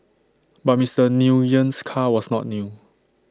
but Mister Nguyen's car was not new